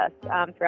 throughout